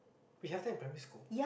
we have that in primary school